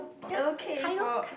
okay for